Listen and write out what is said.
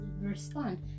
respond